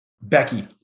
Becky